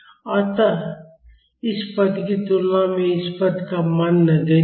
अत इस पद की तुलना में इस पद का मान नगण्य है